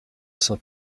saint